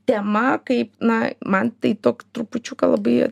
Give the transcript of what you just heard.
tema kaip na man tai tok trupučiuką labai